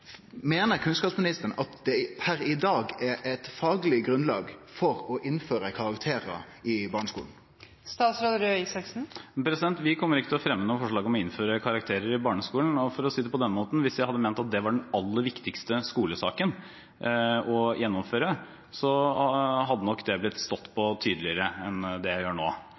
kunnskapsministeren at det per i dag er eit fagleg grunnlag for å innføre karakterar i barneskolen? Vi kommer ikke til å fremme noe forslag om å innføre karakterer i barneskolen. For å si det på denne måten: Hvis jeg hadde ment at det var den aller viktigste skolesaken å gjennomføre, hadde jeg nok stått tydeligere på enn det jeg gjør nå.